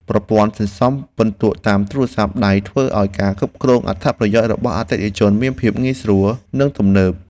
ប្រព័ន្ធសន្សំពិន្ទុតាមទូរស័ព្ទដៃធ្វើឱ្យការគ្រប់គ្រងអត្ថប្រយោជន៍របស់អតិថិជនមានភាពងាយស្រួលនិងទំនើប។